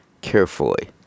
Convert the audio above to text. carefully